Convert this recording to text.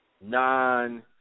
non-